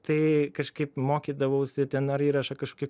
tai kažkaip mokydavausi ten ar įrašą kažkokį